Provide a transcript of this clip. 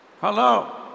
Hello